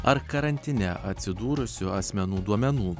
ar karantine atsidūrusių asmenų duomenų